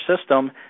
system